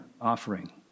offering